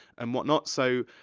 and whatnot, so,